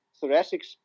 thoracic